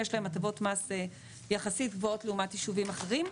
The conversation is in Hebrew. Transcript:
יש להם הטבות מס יחסית גבוהות לעומת ישובים אחרים,